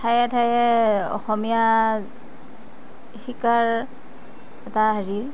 ঠায়ে ঠায়ে অসমীয়া শিকাৰ এটা হেৰি